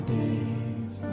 days